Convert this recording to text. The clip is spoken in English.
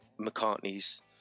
McCartney's